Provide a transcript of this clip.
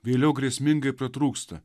vėliau grėsmingai pratrūksta